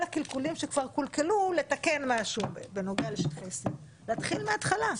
הקלקולים שכבר קולקלו לתקן משהו בנוגע לשטחי C. להתחיל מהתחלה.